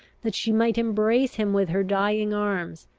that she might embrace him with her dying arms,